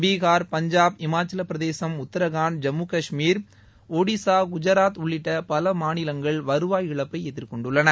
பீகார் பஞ்சாப் இமாச்சலப்பிரதேசம் உத்தரகாண்ட் ஜம்மு கஷ்மீர் ஒடிசா குஜராத் உள்ளிட்ட பல மாநிலங்கள் வருவாய் இழப்பை எதிர்கொண்டுள்ளன